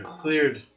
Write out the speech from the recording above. cleared